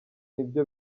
nibyo